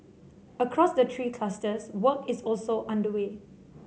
across the three clusters work is also underway